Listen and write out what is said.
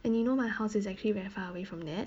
and you know my house is actually very far away from that